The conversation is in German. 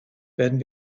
werden